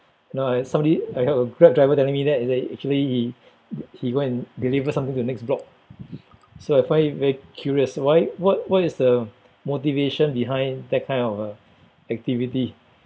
no I somebody I have a grab driver telling me that he said actually he he go and deliver something to the next block so I find it very curious why what what is the motivation behind that kind of uh activity